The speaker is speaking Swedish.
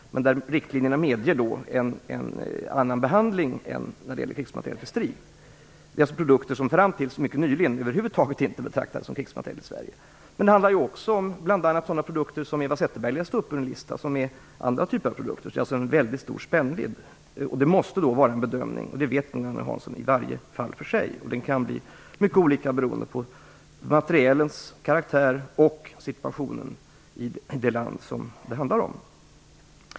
Där medger riktlinjerna en annan behandling än när det gäller krigsmateriel för strid. Det är alltså produkter som fram till nyligen över huvud taget inte betraktades som krigsmateriel i Sverige. Det handlar också om sådana produkter som Eva Zetterberg läste upp, men det är andra typer av produkter. Det är alltså en väldigt stor spännvidd. Det måste därför göras en bedömning - det vet Agne Hansson - i varje fall för sig. Den kan bli mycket olika beroende på materielens karaktär och situationen i det land som det handlar om.